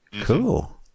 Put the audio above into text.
Cool